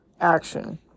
action